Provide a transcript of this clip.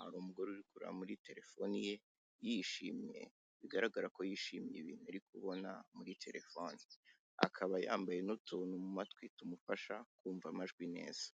Hari umugore uri kureba muri telefoni ye yishimye, bigaragara ko yishimiye ibintu ari kubona muri telefoni, akaba yambaye n'utuntu mu matwi tumufasha kumva amajwi neza.